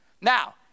Now